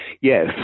Yes